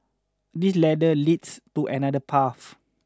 this ladder leads to another path